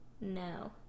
No